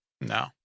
No